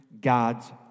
God's